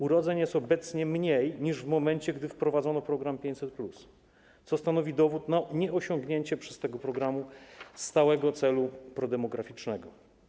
Urodzeń jest obecnie mniej niż w momencie, gdy wprowadzono program 500+, co stanowi dowód na nieosiągnięcie przez ten program stałego celu prodemograficznego.